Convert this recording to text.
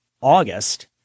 August